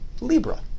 Libra